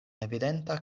evidenta